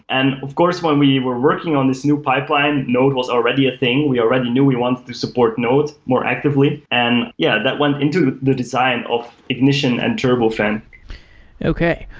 and of course, when we were working on this new pipeline, node was already a thing. we already knew we wanted to support node more actively. and yeah, that went into the design of ignition and turbofan okay.